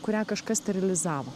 kurią kažkas sterilizavo